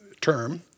term